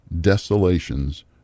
desolations